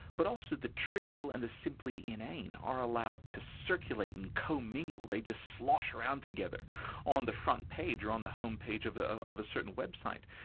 but also the trivial and the simply inane are allowed to circulate and comingle. they just slosh around together on the front page or on the home page of ah of a certain website.